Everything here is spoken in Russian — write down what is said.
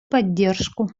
поддержку